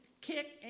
kick